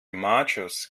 machos